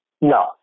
No